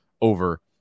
over